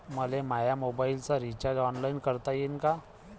मले माया मोबाईलचा रिचार्ज ऑनलाईन करता येईन का?